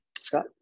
Scott